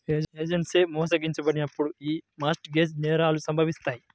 ఏజెంట్లచే మోసగించబడినప్పుడు యీ మార్ట్ గేజ్ నేరాలు సంభవిత్తాయి